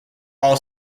all